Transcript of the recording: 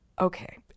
Okay